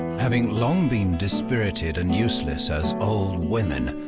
having long been dispirited and useless as old women,